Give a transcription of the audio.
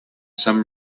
some